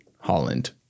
Holland